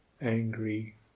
angry